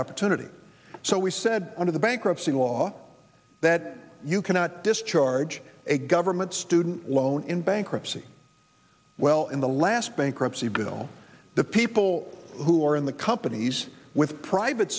opportunity so we said one of the bankruptcy law that you cannot discharge a government student loan in bankruptcy well in the last bankruptcy bill the people who are in the companies with private